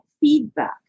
feedback